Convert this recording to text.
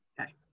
Okay